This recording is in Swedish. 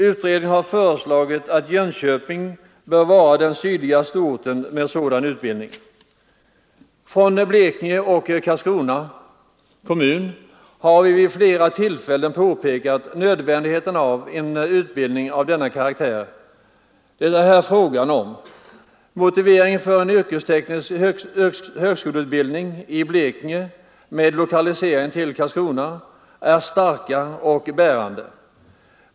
Utredningen har föreslagit att Jönköping bör vara den sydligaste orten med sådan utbildning. Från Blekinge och från Karlskrona kommun har vi vid flera tillfällen påpekat nödvändigheten av förläggandet dit av en utbildning av den karaktär det här är fråga om. Motiveringen för en yrkesteknisk högskoleutbildning i Blekinge med lokalisering till Karlskrona är stark och bärande.